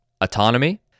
Autonomy